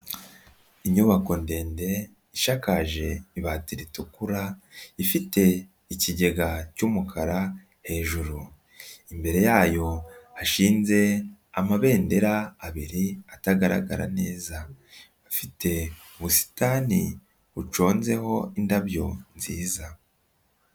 Inyubako ndende ishakaje ibati ritukura ifite ikigega cy'umukara hejuru, imbere yayo hashinze amabendera abiri atagaragara neza, hafite ubusitani buconzeho indabyo nziza.